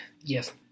yes